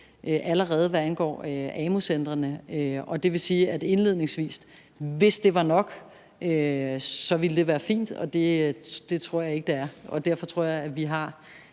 hvad angår amu-centrene. Det vil indledningsvis sige, at det, hvis det var nok, så ville være fint. Det tror jeg ikke det er, og derfor tror jeg, at vi har